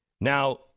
Now